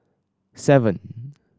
seven